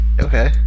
Okay